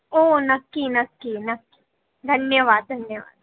ओ नक्की नक्की नक्की धन्यवाद धन्यवाद